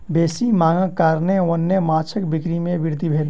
बेसी मांगक कारणेँ वन्य माँछक बिक्री में वृद्धि भेल